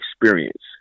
experience